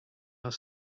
are